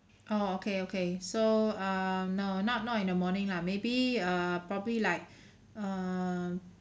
oh okay okay so um no not not in the morning lah maybe err probably like um